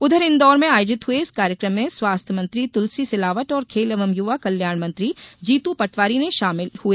उधर इंदौर में आयोजित हुए इस कार्यक्रम में स्वास्थ्य मंत्री तुलसी सिलावट और खेल एवं युवा कल्याण मंत्री जीतू पटवारी शामिल हुए